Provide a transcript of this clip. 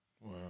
Wow